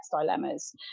dilemmas